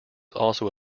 also